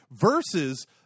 versus